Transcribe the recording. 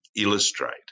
illustrate